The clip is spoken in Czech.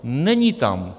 Není tam.